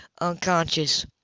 unconscious